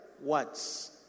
words